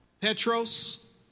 Petros